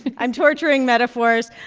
i'm torturing metaphors.